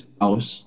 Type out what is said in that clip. house